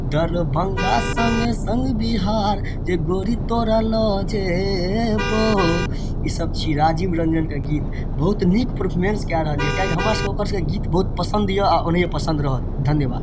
दरभंगा सङ्गेगे सङ्ग बिहार गे गोरी तोरा लऽ जेबौ ई सब छियै राजीव रंजनके गीत बहुत नीक परफॉर्मेंस कए रहल यऽ किएककि हमरा सबके ओकर सबके गीत बहुत पसन्द यऽ आओर ओनाहिये पसन्द रहत धन्यवाद